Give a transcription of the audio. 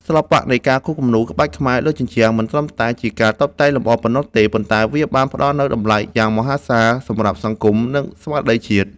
សិល្បៈនៃការគូរគំនូរក្បាច់ខ្មែរលើជញ្ជាំង មិនត្រឹមតែជាការតុបតែងលម្អប៉ុណ្ណោះទេ ប៉ុន្តែវាបានផ្ដល់នូវតម្លៃយ៉ាងមហាសាលសម្រាប់សង្គម និងស្មារតីជាតិ។